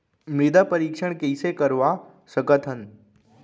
मृदा परीक्षण कइसे करवा सकत हन?